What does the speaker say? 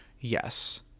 yes